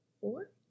four